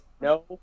No